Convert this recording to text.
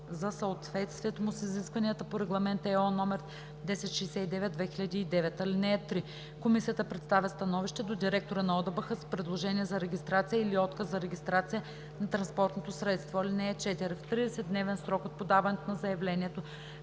за съответствието му с изискванията по Регламент (ЕО) № 1069/2009. (3) Комисията представя становище до директора на ОДБХ с предложение за регистрация или отказ за регистрация на транспортното средство. (4) В 30-дневен срок от подаването на заявлението